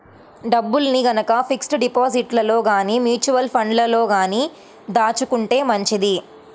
డబ్బుల్ని గనక ఫిక్స్డ్ డిపాజిట్లలో గానీ, మ్యూచువల్ ఫండ్లలో గానీ దాచుకుంటే మంచిది